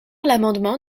l’amendement